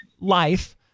life